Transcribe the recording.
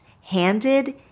handed